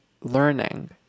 learning